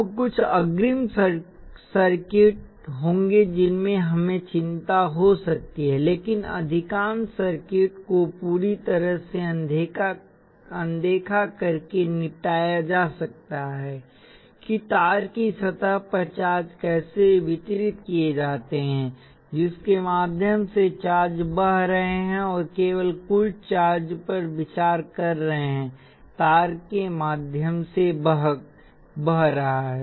अब कुछ अग्रिम सर्किट होंगे जिनमें हमें चिंता हो सकती है लेकिन अधिकांश सर्किटों को पूरी तरह से अनदेखा करके निपटाया जा सकता है कि तार की सतह पर चार्ज कैसे वितरित किए जाते हैं जिसके माध्यम से चार्ज बह रहे हैं और केवल कुल चार्ज पर विचार कर रहे हैं तार के माध्यम से बह रहा है